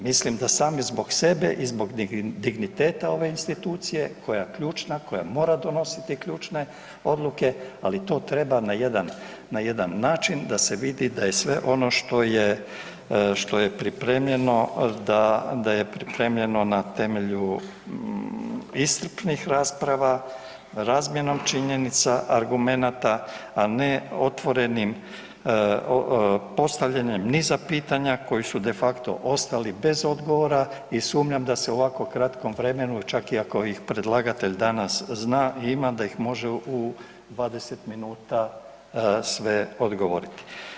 Mislim da sami zbog sebe i zbog digniteta ove institucije koja je ključna, koja mora donositi ključne odluke ali to treba na jedan način da se vidi da je sve ono što je pripremljeno da je pripremljeno na temelju iscrpnih rasprava, razmjenom činjenica, argumenata a ne otvorenim postavljanjem niza pitanja koji su de facto ostali bez odgovora i sumnjam da se u ovako kratkom vremenu čak i ako ih predlagatelj danas zna, ima da ih može u 20 minuta sve odgovoriti.